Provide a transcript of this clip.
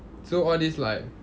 so all this like